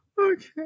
Okay